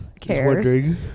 Cares